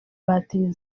batiri